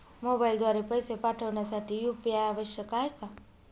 मोबाईलद्वारे पैसे पाठवण्यासाठी यू.पी.आय आवश्यक आहे का?